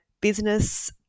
business